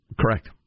Correct